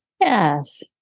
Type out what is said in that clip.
Yes